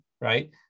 right